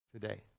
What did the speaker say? today